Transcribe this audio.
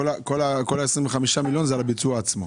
כל ה-25 מיליון, זה על הביצוע עצמו.